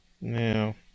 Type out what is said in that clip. Now